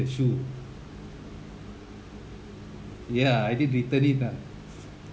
the shoe ya I didn't return it ah